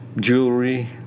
jewelry